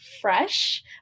fresh